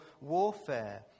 warfare